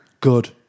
Good